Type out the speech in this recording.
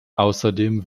außerdem